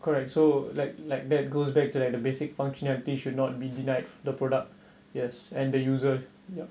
correct so like like that goes back to like the basic functionality should not be denied the product yes and the user yup